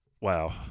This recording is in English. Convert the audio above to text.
Wow